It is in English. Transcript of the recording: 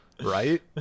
Right